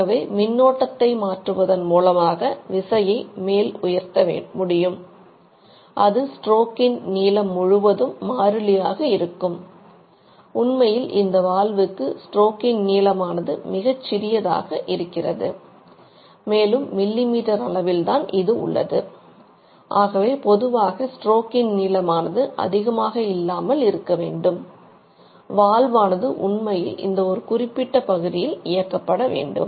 ஆகவே மின்னோட்டத்தை உண்மையில் இந்த ஒரு குறிப்பிட்ட பகுதியில் இயக்கப்பட வேண்டும்